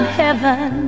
heaven